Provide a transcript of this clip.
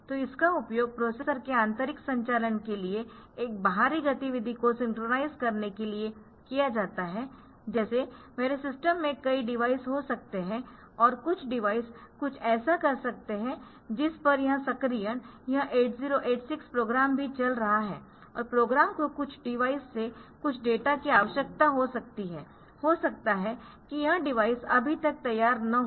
तो इसका उपयोग प्रोसेसर के आंतरिक संचालन के लिए एक बाहरी गतिविधि को सिंक्रनाइज़ करने के लिए किया जाता है जैसे मेरे सिस्टम में कई डिवाइस हो सकते है और कुछ डिवाइस कुछ ऐसा कर सकते है जिस पर यह सक्रियण यह 8086 प्रोग्राम भी चल रहा है और प्रोग्राम को कुछ डिवाइस से कुछ डेटा की आवश्यकता हो सकती है हो सकता है कि वह डिवाइस अभी तक तैयार न हो